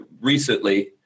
recently